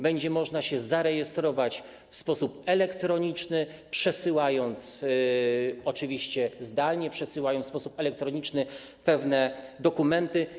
Będzie można się zarejestrować w sposób elektroniczny, przesyłając oczywiście zdalnie, przesyłając w sposób elektroniczny pewne dokumenty.